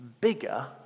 bigger